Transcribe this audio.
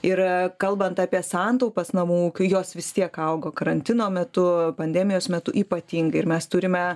ir kalbant apie santaupas namų kai jos vis tiek augo karantino metu pandemijos metu ypatingai ir mes turime